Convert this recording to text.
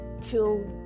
till